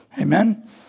Amen